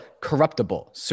corruptible